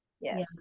yes